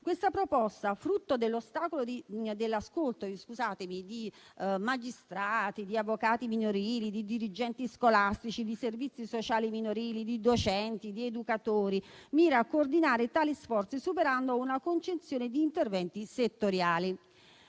Questa proposta, frutto dell'ascolto di magistrati, di avvocati minorili, di dirigenti scolastici, di servizi sociali minorili, di docenti ed educatori, mira a coordinare tali sforzi, superando una concezione di interventi settoriali.